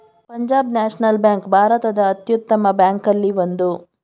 Punjab National Bank ಭಾರತದ ಅತ್ಯುತ್ತಮ ಬ್ಯಾಂಕಲ್ಲಿ ಒಂದು